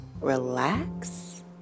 relax